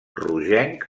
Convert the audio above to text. rogenc